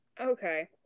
Okay